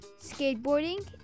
Skateboarding